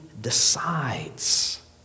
decides